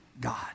god